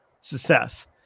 success